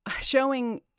Showing